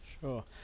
sure